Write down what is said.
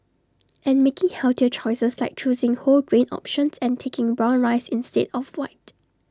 and making healthier choices like choosing whole grain options and taking brown rice instead of white